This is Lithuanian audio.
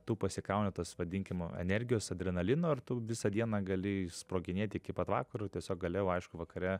tu pasikrauni tos vadinkim energijos adrenalino ir tu visą dieną gali išsproginėt iki pat vakaro tiesiog gale jau aišku vakare